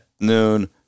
noon